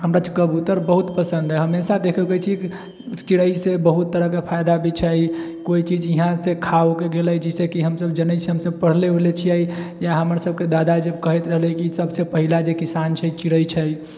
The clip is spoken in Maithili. हमरा तऽ कबूतर बहुत पसन्द हइ हमेशा देखबै छी चिड़ै से बहुत तरहकेँ फायदा भी छै कोइ चीज इहा से खा उके गेलै जैसे कि हमसब जनै छी हमसब पढ़ले उढ़ले छिऐ या हमर सबके दादा जब कहैत रहलै कि सबसे पहिला जे किसान छै चिड़ै छै